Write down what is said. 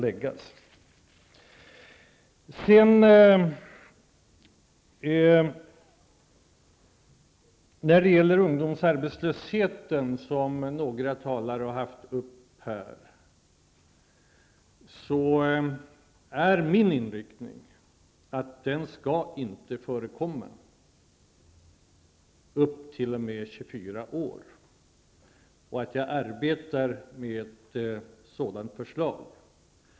Några talare har tagit upp ungdomsarbetslösheten. Min inriktning är att någon arbetslöshet inte skall förekomma bland personer i åldrarna upp till 24 år. Jag arbetar nu med ett sådant förslag.